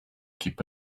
keep